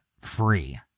free